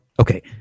Okay